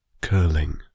curling